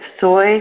soy